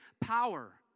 power